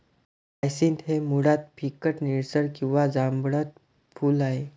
hyacinth हे मुळात फिकट निळसर किंवा जांभळट फूल आहे